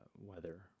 weather